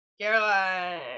Caroline